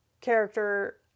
character